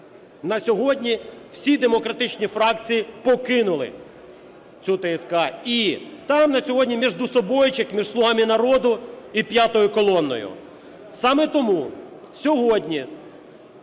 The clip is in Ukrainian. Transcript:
На сьогодні всі демократичні фракції покинули цю ТСК. І там на сьогодні междусобойчик між "Слугами народу" і "п'ятою колоною". Саме тому сьогодні